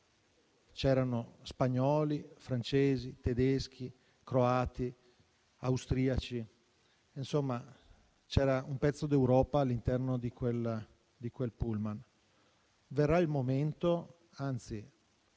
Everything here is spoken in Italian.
c'erano spagnoli, francesi, tedeschi, croati, austriaci. Insomma, c'era un pezzo d'Europa all'interno di quel pullman. Verrà il momento e, anzi,